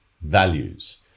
values